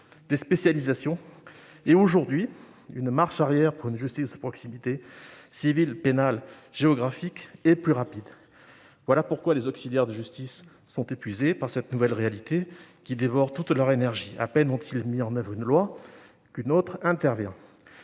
spécialisations et, aujourd'hui, marche arrière vers une justice de proximité, civile, pénale, géographique, plus rapide : les auxiliaires de justice sont épuisés par cette nouvelle réalité qui dévore toute leur énergie. À peine ont-ils mis en oeuvre une loi qu'une autre intervient